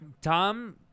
Tom